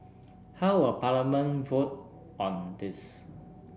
how will Parliament vote on this